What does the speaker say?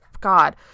God